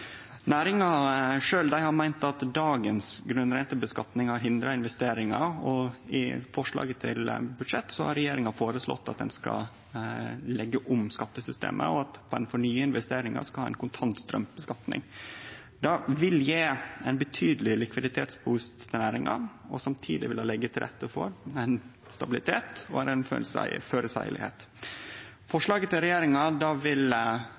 har meint at dagens grunnrenteskattlegging har hindra investeringar, og i forslaget til budsjett har regjeringa føreslått at ein skal leggje om skattesystemet, og at ein for nye investeringar skal ha ei kontantstraumskattlegging. Det vil gje ein betydeleg likviditetsboost til næringa og samtidig leggje til rette for meir stabile og føreseielege vilkår. Forslaget til regjeringa vil